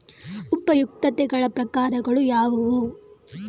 ಉಪಯುಕ್ತತೆಗಳ ಪ್ರಕಾರಗಳು ಯಾವುವು?